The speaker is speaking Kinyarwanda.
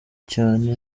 cyane